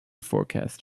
forecast